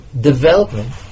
development